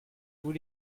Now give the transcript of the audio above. vous